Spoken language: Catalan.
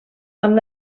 amb